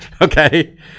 Okay